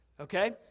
Okay